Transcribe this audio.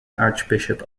archbishop